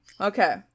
Okay